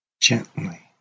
gently